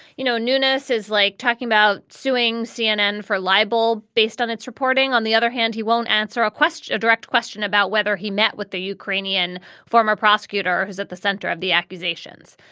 you know, newness is like talking about suing cnn for libel based on its reporting on the other hand, he won't answer a question, a direct question about whether he met with the ukrainian former prosecutor who's at the center of the accusations.